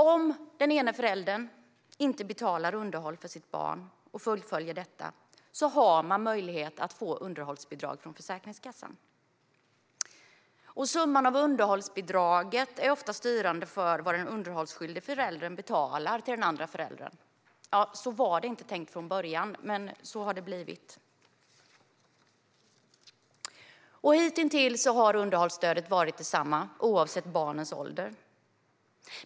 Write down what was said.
Om den ena föräldern inte betalar underhåll för sitt barn och fullföljer detta har man möjlighet att få underhållsbidrag från Försäkringskassan. Underhållsbidragets summa är ofta styrande för vad den underhållsskyldiga föräldern betalar till den andra föräldern. Så var det inte tänkt från början, men så har det blivit. Hitintills har underhållsstödet varit detsamma oavsett barnens ålder.